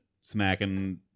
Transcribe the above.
smacking